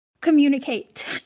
communicate